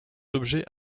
objets